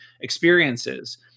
experiences